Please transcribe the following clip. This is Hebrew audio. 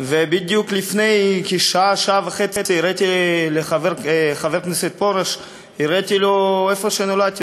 ובדיוק לפני שעה שעה-וחצי הראיתי לחבר הכנסת פרוש איפה נולדתי.